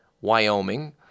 Wyoming